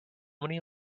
many